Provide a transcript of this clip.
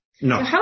No